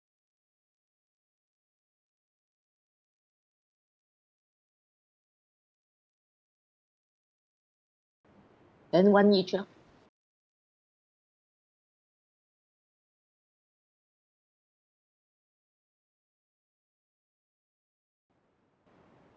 then one each ah